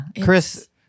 Chris